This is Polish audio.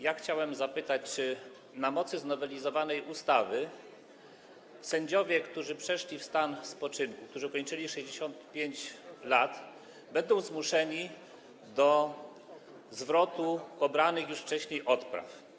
Ja chciałbym zapytać, czy na mocy znowelizowanej ustawy sędziowie, którzy przeszli w stan spoczynku, którzy ukończyli 65 lat, będą zmuszeni do zwrotu pobranych już wcześniej odpraw.